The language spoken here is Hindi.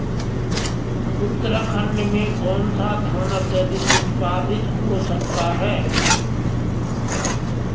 उत्तराखंड में कौन सा धान अत्याधिक उत्पादित हो सकता है?